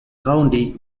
county